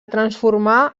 transformà